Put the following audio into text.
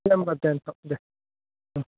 दे होमबा दे नोंथां दे